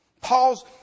Paul's